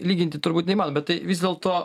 lyginti turbūt neįmanoma bet tai vis dėlto